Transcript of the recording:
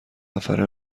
نفره